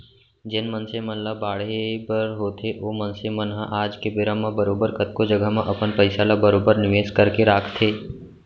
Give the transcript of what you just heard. जेन मनसे मन ल बाढ़े बर होथे ओ मनसे मन ह आज के बेरा म बरोबर कतको जघा म अपन पइसा ल बरोबर निवेस करके राखथें